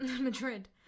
Madrid